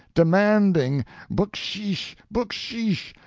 demanding bucksheesh! bucksheesh!